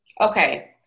Okay